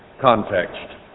context